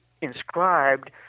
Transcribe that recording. inscribed